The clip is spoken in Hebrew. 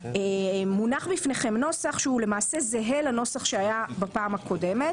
מונח לפניכם נוסח שהוא למעשה זהה לנוסח שהיה בפעם הקודמת.